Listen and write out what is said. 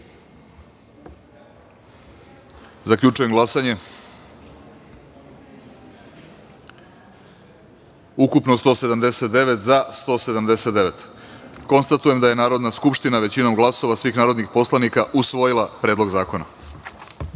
glasaju. Zaključujem glasanje: ukupno – 179, za – 179.Konstatujem da je Narodna skupština većinom glasova svih narodnih poslanika usvojila Predlog